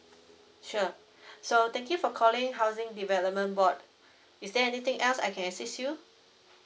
sure so thank you for calling housing development board is there anything else I can assist you